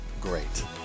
great